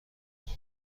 بوده